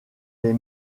les